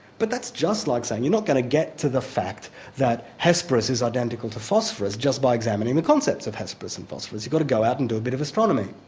but that's just like saying you're not going to get the fact that hesperus is identical to phosphorus just by examining the concepts of hesperus and phosphorus, you've got to go out and do a bit of astronomy.